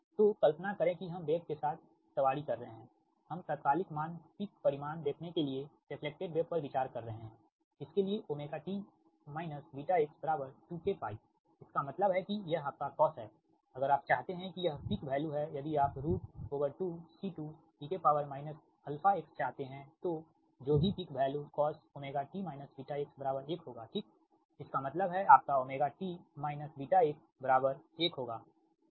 तो कल्पना करें कि हम वेव के साथ सवारी कर रहे हैं हम तात्कालिक मान पीक परिमाण देखने के लिए रेफ्लेक्टेड वेव पर विचार कर रहे हैं इसके लिए ωt βx 2 k इसका मतलब है कि यह आपका कॉस है अगर आप चाहते हैं कि यह पीक वैल्यू है यदि आप2 C2 e αx चाहते हैं तो जो भी peak value cos ωt βx 1 होगा ठीक इसका मतलब है आपका ωt βx 1 होगा ठीक